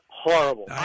horrible